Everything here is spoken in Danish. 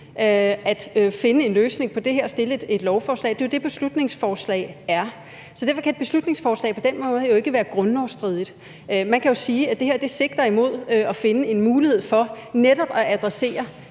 at finde en løsning på det her og fremsætte et lovforslag. Det er jo det, et beslutningsforslag gør, så derfor kan et beslutningsforslag på den måde ikke være grundlovsstridigt. Man kan sige, at det her sigter mod at finde en mulighed for netop at adressere